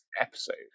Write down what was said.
episode